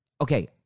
Okay